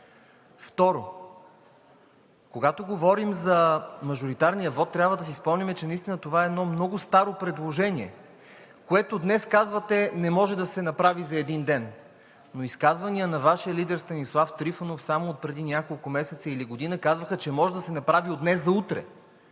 Второ, когато говорим за мажоритарния вот, трябва да си спомним, че наистина това е много старо предложение, за което днес казвате: „не може да се направи за един ден!“ Но в изказвания Вашият лидер Станислав Трифонов само от преди няколко месеца или година каза, че може да се направи от днес за утре!